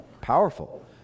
Powerful